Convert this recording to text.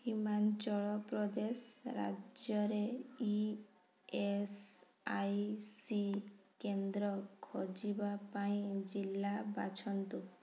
ହିମାଚଳ ପ୍ରଦେଶ ରାଜ୍ୟରେ E S I C କେନ୍ଦ୍ର ଖୋଜିବା ପାଇଁ ଜିଲ୍ଲା ବାଛନ୍ତୁ